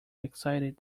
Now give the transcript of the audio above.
excited